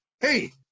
Hey